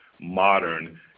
modern